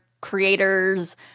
creators